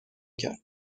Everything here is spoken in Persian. کرد